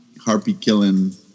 harpy-killing